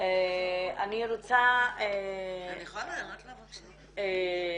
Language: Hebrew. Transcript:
אני רוצה --- אני יכולה לענות לה שניה?